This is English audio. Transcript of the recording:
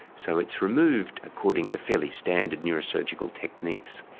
so it's removed according to fairly standard neuro-surgical techniques.